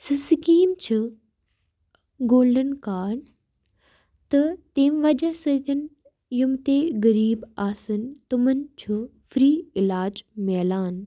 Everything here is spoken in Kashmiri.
سُہ سِکیٖم چھُ گولڈَن کارڈ تہٕ تمہِ وَجہ سۭتۍ یِم تہِ غریٖب آسان تِمَن چھُ فِرٛی علاج ملان